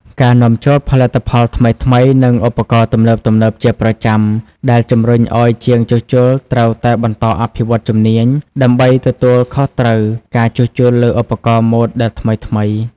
ការនាំចូលផលិតផលថ្មីៗ និងឧបករណ៍ទំនើបៗជាប្រចាំ ដែលជម្រុញអោយជាងជួសជុលត្រូវតែបន្តអភិវឌ្ឍជំនាញ ដើម្បីទទួលខុសត្រូវការជួសជុលលើឧបករណ៍ម៉ូតដែលថ្មីៗ។